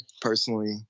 personally